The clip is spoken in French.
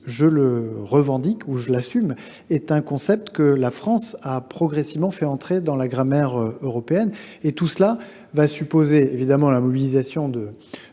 je le revendique, je le confirme, est un concept que la France a progressivement fait entrer dans la grammaire européenne. Atteindre cet objectif supposera évidemment la mobilisation